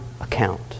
account